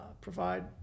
provide